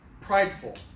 prideful